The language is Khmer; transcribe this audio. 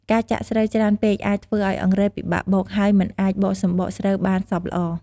ការចាក់ស្រូវច្រើនពេកអាចធ្វើឱ្យអង្រែពិបាកបុក ហើយមិនអាចបកសម្បកស្រូវបានសព្វល្អ។